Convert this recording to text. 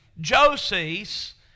Joseph